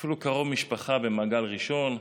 אפילו קרוב משפחה במעגל ראשון,